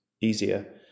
easier